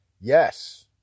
yes